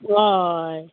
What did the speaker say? हय